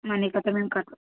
money కట్టం ఇంకా